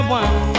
one